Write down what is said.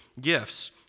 gifts